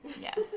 Yes